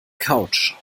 couch